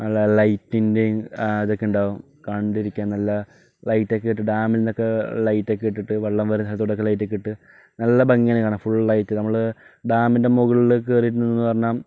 ആ ലൈറ്റിൻ്റെ ആ ഇതൊക്കെ ഉണ്ടാകും കണ്ടിരിക്കാൻ നല്ല ലൈറ്റൊക്കെ ഇട്ട് ഡാമിന്നൊക്കെ ലൈറ്റൊക്കെ ഇട്ടിട്ട് വെള്ളം വരുന്ന സ്ഥലത്തൊക്കെ ലൈറ്റൊക്കെ ഇട്ടിട്ട് നല്ല ഭംഗിയാണ് ഫുള്ള് ആയിട്ട് നമ്മള് ഡാമിൻ്റെ മുകളിലൊക്കെ കയറിയിട്ടുണ്ടെന്ന് പറഞ്ഞാൽ